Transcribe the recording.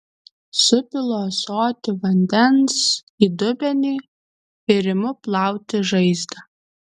supilu ąsotį vandens į dubenį ir imu plauti žaizdą